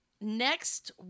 next